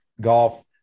Golf